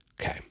Okay